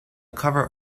cover